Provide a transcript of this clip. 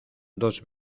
dos